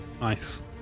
Nice